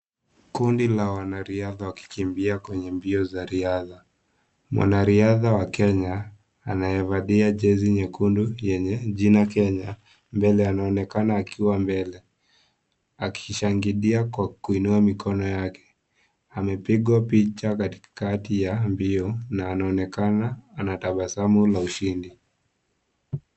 Kundi la wanariadha wakikimbia kwenye mbio za riadha. Mwanariadha wa Kenya anayevalia jezi nyekundu yenye jina Kenya mbele anaonekana kuwa mbele akishangilia kwa kuinua mikono yake. Amepeigwa picha katikati ya mbio na anaonekana anatabasamu la ushindi.